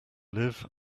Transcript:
live